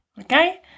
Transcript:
okay